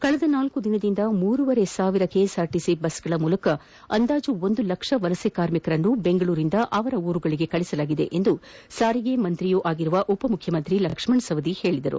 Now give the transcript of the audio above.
ಕಳೆದ ನಾಲ್ಲು ದಿನಗಳಿಂದ ಮೂರೂವರೆ ಸಾವಿರ ಕೆಎಸ್ ಆರ್ಟಿಸಿ ಬಸ್ಗಳ ಮೂಲಕ ಅಂದಾಜು ಒಂದು ಲಕ್ಷ ವಲಸೆ ಕಾರ್ಮಿಕರನ್ನು ಬೆಂಗಳೂರಿಂದ ಅವರ ಊರುಗಳಿಗೆ ಕಳುಹಿಸಲಾಗಿದೆ ಎಂದು ಸಾರಿಗೆ ಸಚಿವರೂ ಆಗಿರುವ ಉಪ ಮುಖ್ಯಮಂತ್ರಿ ಲಕ್ಷಣ್ ಸವದಿ ತಿಳಿಸಿದ್ದಾರೆ